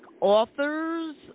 authors